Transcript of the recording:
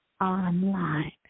online